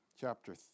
chapter